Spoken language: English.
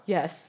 Yes